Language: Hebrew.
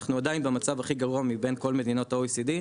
אנחנו עדיין במצב הכי גרוע מבין כל מדינות ה-OECD,